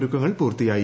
ഒരുക്കങ്ങൾ പൂർത്തിയായി